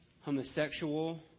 homosexual